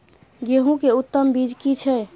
गेहूं के उत्तम बीज की छै?